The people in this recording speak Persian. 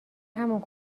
همون